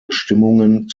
bestimmungen